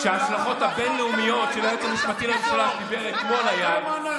שההשלכות הבין-לאומיות של היועץ המשפטי שדיבר אתמול הן מאוד פשוטות.